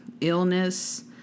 illness